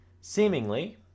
Seemingly